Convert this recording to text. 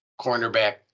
cornerback